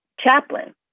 chaplain